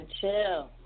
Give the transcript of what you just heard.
chill